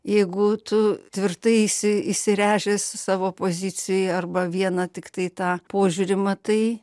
jeigu tu tvirtai įsi įsiręžęs savo poziciją arba vieną tiktai tą požiūrį matai